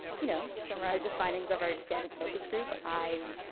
you know, summarize the findings of our extended focus group, i, ah,